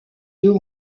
deux